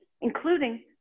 including